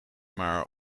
maar